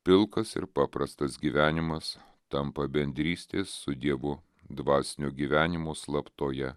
pilkas ir paprastas gyvenimas tampa bendrystės su dievu dvasinio gyvenimo slaptoje